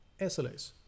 SLAs